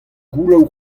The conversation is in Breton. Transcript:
gouloù